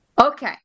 Okay